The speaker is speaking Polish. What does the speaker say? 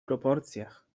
proporcjach